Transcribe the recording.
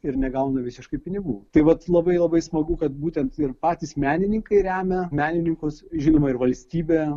ir negauna visiškai pinigų tai vat labai labai smagu kad būtent ir patys menininkai remia menininkus žinoma ir valstybė